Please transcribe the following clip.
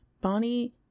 Bonnie